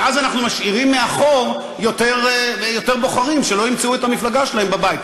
ואז אנחנו משאירים מאחור יותר בוחרים שלא ימצאו את המפלגה שלהם בבית.